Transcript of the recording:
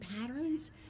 patterns